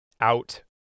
out